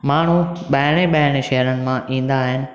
माण्हू ॿाहिरि ॿाहिरि शहर मां ईंदा आहिनि